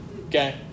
Okay